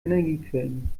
energiequellen